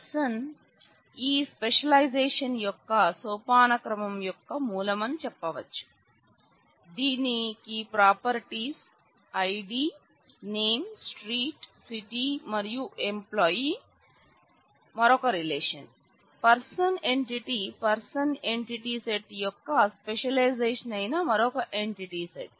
person మరొక relation person entity person entity set యొక్క specialisation అయిన మరొక ఎంటిటీ సెట్